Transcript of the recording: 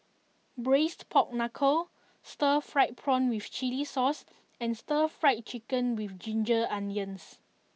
Braised Pork Knuckle Stir Fried Prawn with Chili Sauce and Stir Fried Chicken with Ginger Onions